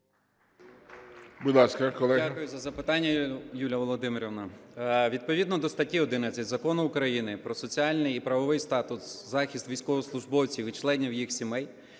Дякую за запитання, Юлія Володимирівна. Відповідно до статті 11 Закону України "Про соціальний і правовий захист військовослужбовців і членів їх сімей"